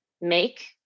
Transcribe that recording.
make